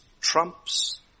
trumps